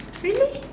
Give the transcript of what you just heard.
really